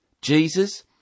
Jesus